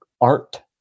art